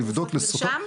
לבדוק על התרופות מרשם.